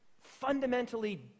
fundamentally